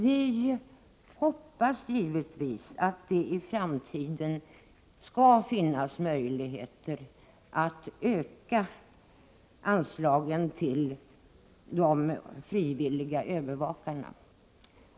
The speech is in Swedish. Vi hoppas givetvis att det i framtiden skall finnas möjligheter att öka anslaget till de frivilliga övervakarna.